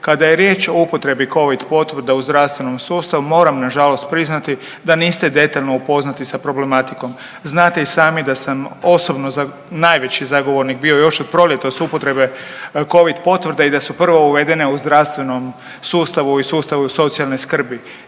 Kada je riječ o upotrebi Covid potvrda u zdravstvenom sustavu moram nažalost priznati da niste detaljno upoznati sa problematikom. Znate i sami da sam osobno najveći zagovornik bio još od proljetost upotrebe Covid potvrda i da su prvo uvedene u zdravstvenom sustavu i sustavu socijalne skrbi.